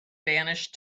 vanished